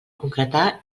concretar